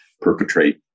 perpetrate